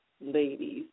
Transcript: ladies